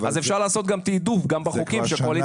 אז אפשר לעשות תעדוף גם בחוקים שהקואליציה